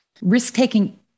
risk-taking